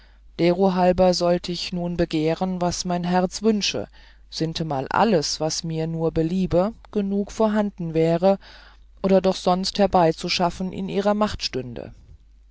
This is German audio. entgangen derohalber sollte ich nur begehren was mein herz wünsche sintemal alles was mir nur beliebe genug vorhanden wäre oder doch sonst herbeizuschaffen in ihrer macht stünde